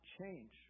change